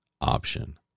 option